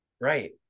Right